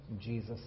Jesus